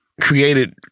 created